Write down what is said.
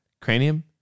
Cranium